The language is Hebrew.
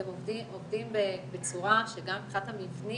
אתם עובדים בצורה שגם מבחינת המבנים,